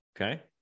Okay